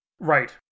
Right